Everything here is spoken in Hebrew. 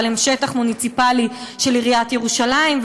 אבל הם שטח מוניציפלי של עיריית ירושלים,